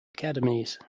academies